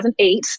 2008